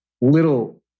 little